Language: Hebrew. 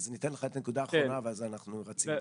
אז ניתן לך את הנקודה השנייה ואז אנחנו נרוץ הלאה.